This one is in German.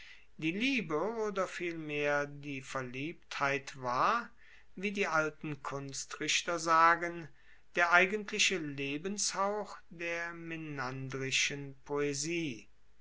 die liebe oder vielmehr die verliebtheit war wie die alten kunstrichter sagen der eigentliche lebenshauch der menandrischen poesie